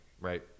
right